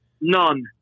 None